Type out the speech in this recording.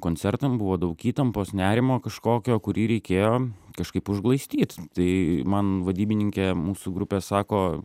koncertam buvo daug įtampos nerimo kažkokio kurį reikėjo kažkaip užglaistyt tai man vadybininkė mūsų grupės sako